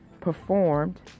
performed